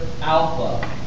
alpha